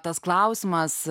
tas klausimas